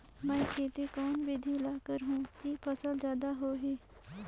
मै खेती कोन बिधी ल करहु कि फसल जादा होही